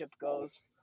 goes